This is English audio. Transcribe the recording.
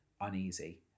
uneasy